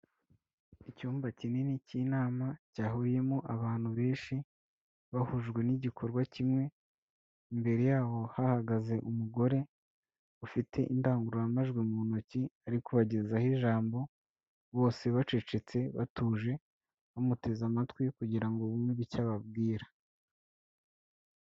Icyumba kinini cy'inama cyahuriyemo abantu benshi bahujwe n'igikorwa kimwe, imbere yaho hahagaze umugore ufite indangururamajwi mu ntoki ari kubagezaho ijambo, bose bacecetse batuje bamuteze amatwi kugira ngo bumve icyo ababwira.